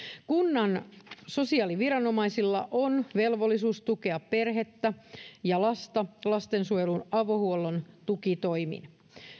kunnan sosiaaliviranomaisilla on velvollisuus tukea perhettä ja lasta lastensuojelun avohuollon tukitoimin